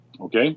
Okay